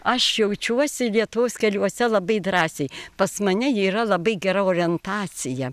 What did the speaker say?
aš jaučiuosi lietuvos keliuose labai drąsiai pas mane yra labai gera orientacija